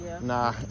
Nah